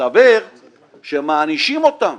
מסתבר שמענישים אותם.